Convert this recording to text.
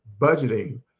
budgeting